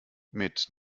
mit